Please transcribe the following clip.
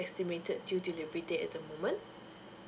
estimated due delivery date at the moment